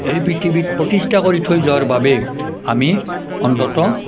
এই পৃথিৱীত প্ৰতিষ্ঠা কৰি থৈ যোৱাৰ বাবে আমি অন্ততঃ